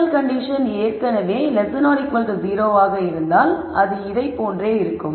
அசல் கண்டிஷன் ஏற்கனவே இருந்தால் அது இதைப் போன்றே இருக்கும்